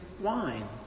wine